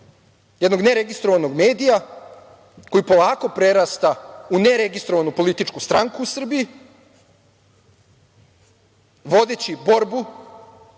jednog ne registrovanog medija koji polako prerasta u ne registrovanu političku stranku u Srbiji, vodeći borbu